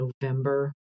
November